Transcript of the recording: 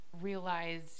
realize